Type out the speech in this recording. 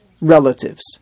relatives